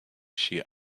she